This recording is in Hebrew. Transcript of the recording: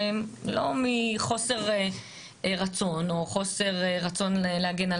לא מחוסר רצון או חוסר רצון להגן על